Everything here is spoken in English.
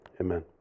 Amen